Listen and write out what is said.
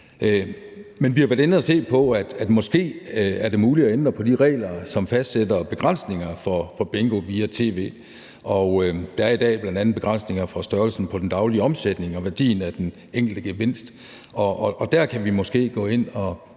Men vi har været inde at se på, at det måske er muligt at ændre på de regler, som fastsætter begrænsninger for bingo via tv. Der er i dag bl.a. begrænsninger for størrelsen på den daglige omsætning og værdien af den enkelte gevinst, og der kan vi måske gå ind og